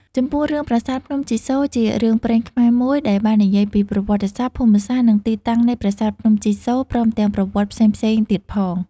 ចំពោះរឿង ប្រាសាទភ្នំជីសូរ ជារឿងព្រេងខ្មែរមួយដែលបាននិយាយពី ប្រវត្តិសាស្រ្ដ ភូមិសាស្រ្ដ និងទីតាំងនៃប្រាសាទភ្នំជីសូរ ព្រមទាំងប្រវត្តិផ្សេងៗទៀតផង។